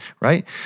Right